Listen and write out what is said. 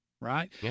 right